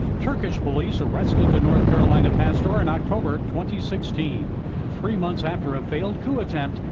turkish police arrested the north carolina passed or in oct. ah but twenty sixteen three months after a failed coup attempt.